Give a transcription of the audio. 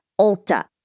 Ulta